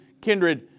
kindred